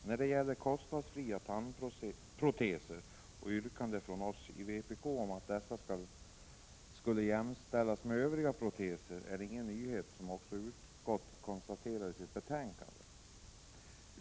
Herr talman! Frågan om kostnadsfria tandproteser och yrkandet från oss i vpk om att sådana proteser skall jämställas med övriga proteser är inget nytt, som utskottet också konstaterar i sitt betänkande.